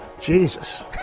Jesus